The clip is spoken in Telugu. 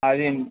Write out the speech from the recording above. అది